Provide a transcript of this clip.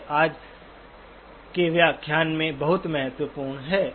यह आज के व्याख्यान से बहुत महत्वपूर्ण है